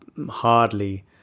hardly